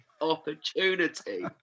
opportunity